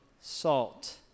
salt